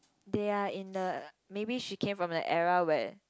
they are in the maybe she came from the era where